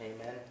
Amen